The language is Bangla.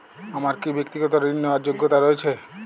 আমার কী ব্যাক্তিগত ঋণ নেওয়ার যোগ্যতা রয়েছে?